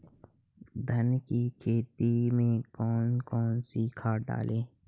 धान की खेती में कौन कौन सी खाद डालें?